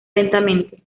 lentamente